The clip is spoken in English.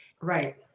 Right